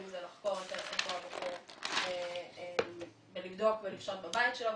בין אם זה לחקור את אותו הבחור ולבדוק בבית שלו,